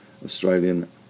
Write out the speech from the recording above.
Australian